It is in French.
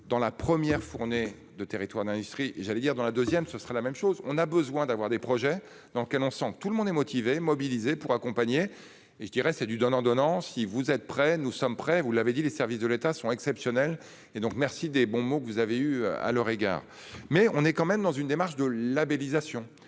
dans la première fournée de territoires d'industrie et j'allais dire dans la 2ème. Ce sera la même chose, on a besoin d'avoir des projets dans quel ensemble tout le monde est motivés, mobilisés pour accompagner et je dirais c'est du donnant, donnant, si vous êtes prêt, nous sommes prêts, vous l'avez dit, les services de l'État sont exceptionnels et donc merci des bons mots que vous avez eu à leur égard. Mais on est quand même dans une démarche de labellisation